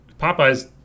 Popeye's